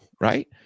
right